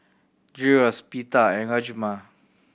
Gyros Pita and Rajma